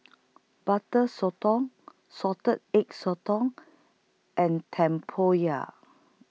Butter Sotong Salted Egg Sotong and Tempoyak